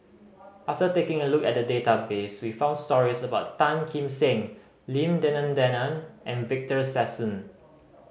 after taking a look at the database we found stories about Tan Kim Seng Lim Denan Denon and Victor Sassoon